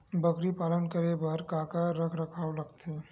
बकरी पालन करे बर काका रख रखाव लगथे?